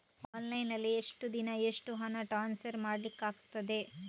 Online ನಲ್ಲಿ ಒಂದು ದಿನ ಎಷ್ಟು ಹಣ ಟ್ರಾನ್ಸ್ಫರ್ ಮಾಡ್ಲಿಕ್ಕಾಗ್ತದೆ?